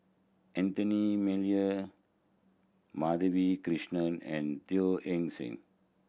Anthony Miller Madhavi Krishnan and Teo Eng Seng